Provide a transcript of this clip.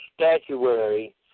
statuary